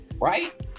right